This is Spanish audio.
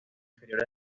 inferior